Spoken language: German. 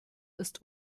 ist